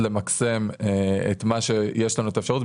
למקסם את מה שיש לנו את האפשרות לעשות,